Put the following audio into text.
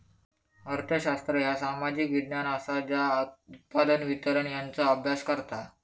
अर्थशास्त्र ह्या सामाजिक विज्ञान असा ज्या उत्पादन, वितरण यांचो अभ्यास करता